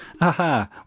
aha